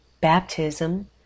baptism